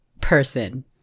person